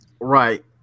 Right